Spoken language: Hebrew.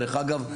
דרך אגב,